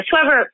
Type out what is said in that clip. whoever